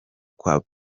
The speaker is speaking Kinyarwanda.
kwa